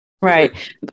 Right